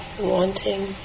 wanting